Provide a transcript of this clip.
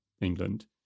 england